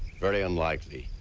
very unlikely,